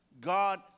God